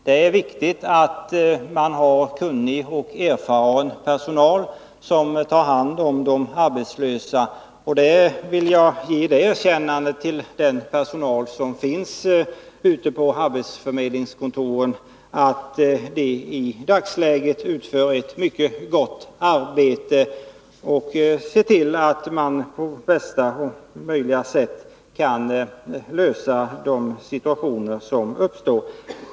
Det är viktigt att man har kunnig och erfaren personal, som tar hand om de arbetslösa. Jag vill ge det erkännandet till personalen på arbetsförmedlingskontoren att den utför ett mycket gott arbete och ser till att man på bästa möjliga sätt kan lösa de problem som uppstår.